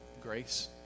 grace